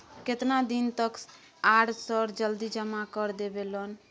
केतना दिन तक आर सर जल्दी जमा कर देबै लोन?